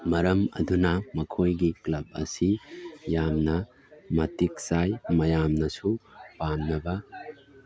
ꯃꯔꯝ ꯑꯗꯨꯅ ꯃꯈꯣꯏꯒꯤ ꯀ꯭ꯂꯕ ꯑꯁꯤ ꯌꯥꯝꯅ ꯃꯇꯤꯛ ꯆꯥꯏ ꯃꯌꯥꯝꯅꯁꯨ ꯄꯥꯝꯅꯕ